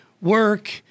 work